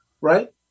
right